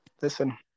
Listen